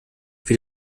für